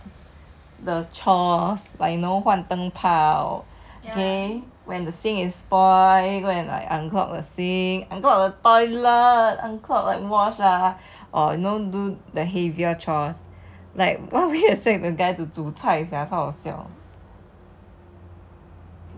like like I think maybe you would expect the guy to do some of the chores like you know 换灯炮 okay when the sink is spoilt go and like unclog the sink unclog the toilet unclog like wash ah or you know do the heavier chores